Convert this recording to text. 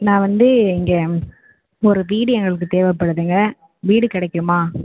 நான் வந்து இங்கே ஒரு வீடு எங்களுக்கு தேவைப்படுதுங்க வீடு கிடைக்குமா